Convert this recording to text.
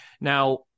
Now